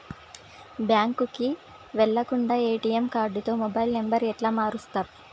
బ్యాంకుకి వెళ్లకుండా ఎ.టి.ఎమ్ కార్డుతో మొబైల్ నంబర్ ఎట్ల మారుస్తరు?